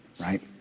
right